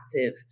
active